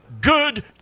good